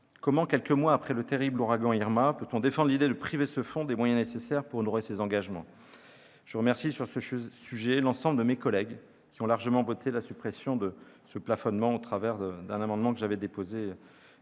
Comment, quelques mois après le terrible ouragan Irma, peut-on défendre l'idée de priver ce fonds des moyens nécessaires pour honorer ses engagements ? Je remercie sur ce sujet l'ensemble de mes collègues, qui ont largement voté l'amendement de suppression de ce plafonnement que j'avais déposé,